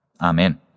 Amen